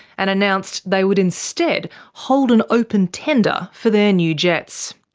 and announced they would instead hold an open tender for their new jets.